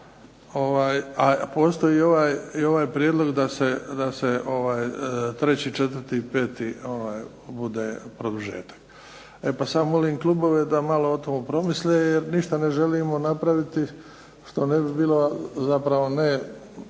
A postoji i ovaj prijedlog da se 3.,4. i 5. bude produžetak. E pa sad, molim klubove da malo o tome promisle jer ništa ne želimo napraviti što ne bi bilo, zapravo